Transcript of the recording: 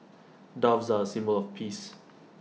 doves are A symbol of peace